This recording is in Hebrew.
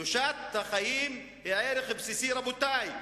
"קדושת החיים היא ערך בסיסי" רבותי,